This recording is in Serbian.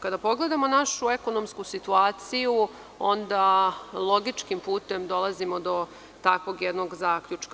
Kada pogledamo našu ekonomsku situaciju onda logičkim putem dolazimo do takvog jednog zaključka.